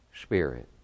Spirit